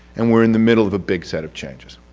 and we're in the middle of a big set of changes.